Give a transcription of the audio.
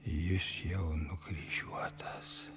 jis jau nukryžiuotas